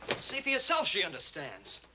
see for yourself, she understands.